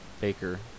Baker